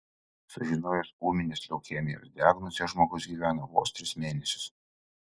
sužinojęs ūminės leukemijos diagnozę žmogus gyvendavo vos tris mėnesius